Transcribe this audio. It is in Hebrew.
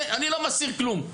אני לא מסתיר כלום.